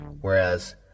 whereas